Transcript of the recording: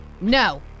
No